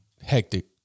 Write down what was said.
Hectic